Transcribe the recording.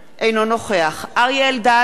אינו נוכח אריה אלדד,